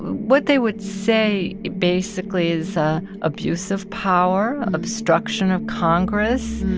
what they would say, basically, is abuse of power, obstruction of congress.